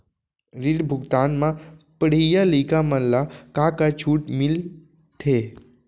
ऋण भुगतान म पढ़इया लइका मन ला का का छूट मिलथे?